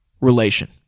relation